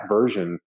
version